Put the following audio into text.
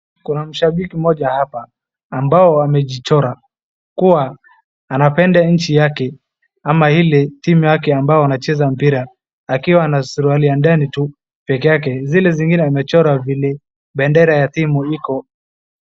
Kuna mshabiki mmoja hapa ambao amejichora kuwa anapenda nchi yake ama ile timu yake ambao wanacheza mpira. Akiwa na suruali ya ndani tu peke yake zile zingine amechora vile bendera ya timu iko.